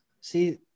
See